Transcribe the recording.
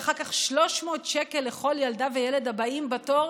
ואחר כך 300 שקל לכל ילדה וילד הבאים בתור.